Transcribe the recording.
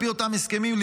לפי אותם הסכמים,